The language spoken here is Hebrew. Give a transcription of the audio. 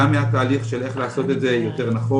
גם מהתהליך של איך לעשות את זה יותר נכון,